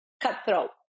cutthroat